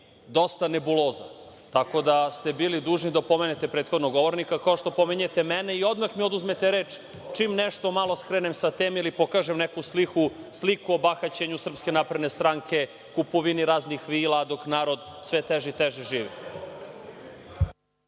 dosta nebuloza, tako da ste bili dužni da opomenete prethodnog govornika kao što opominjete mene i odmah mi oduzmete reč čim nešto malo skrenem sa teme ili pokažem neku sliku o bahaćenju SNS, kupovini raznih vila dok narod sve teže i teže živi.